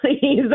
please